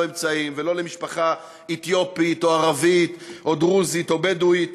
אמצעים ולא למשפחה אתיופית או ערבית או דרוזית או בדואית.